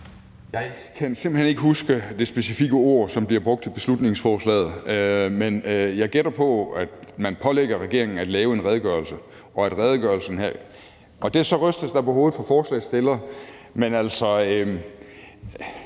Jeg kan simpelt hen ikke huske det specifikke ord, som bliver brugt i beslutningsforslaget, men jeg gætter på, at man pålægger regeringen at lave en redegørelse. Der rystes nu på hovedet fra forslagsstillerens side.